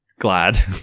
glad